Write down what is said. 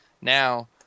Now